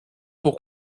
pour